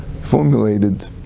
formulated